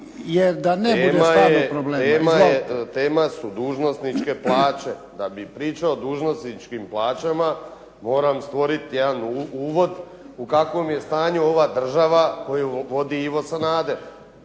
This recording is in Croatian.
Tema su dužnosničke plaće. Da bi pričao o dužnosničkim plaćam moram stvoriti jedan uvod u kakvom je stanju ova država koju vodi Ivo Sanader.